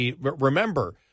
Remember